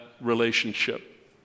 relationship